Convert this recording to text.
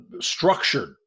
structured